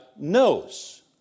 knows